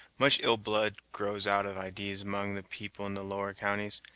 much ill-blood grows out of idees among the people in the lower counties,